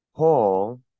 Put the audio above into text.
Paul